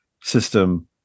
system